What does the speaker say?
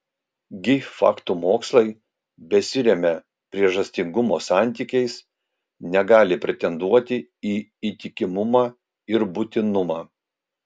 gi faktų mokslai besiremią priežastingumo santykiais negali pretenduoti į įtikimumą ir būtinumą